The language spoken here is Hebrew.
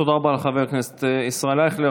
תודה רבה לחבר הכנסת ישראל אייכלר.